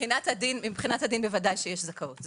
מבחינת הדין ודאי יש זכאות.